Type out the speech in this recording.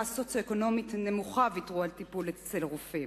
סוציו-אקונומית נמוכה ויתרו על טיפול אצל רופא.